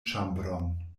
ĉambron